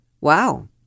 wow